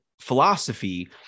philosophy